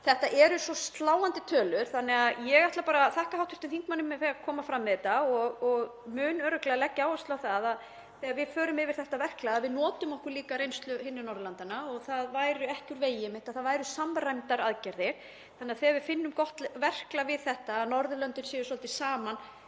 Þetta eru svo sláandi tölur þannig að ég ætla bara að þakka hv. þingmanni fyrir að koma fram með þetta og mun örugglega leggja áherslu á það þegar við förum yfir þetta verklag að við notum okkur líka reynslu hinna Norðurlandanna. Það væri ekki úr vegi að það væru samræmdar aðgerðir þannig að þegar við finnum gott verklag við þetta þá séu Norðurlöndin svolítið saman